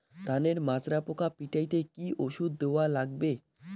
ধানের মাজরা পোকা পিটাইতে কি ওষুধ দেওয়া লাগবে?